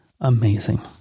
amazing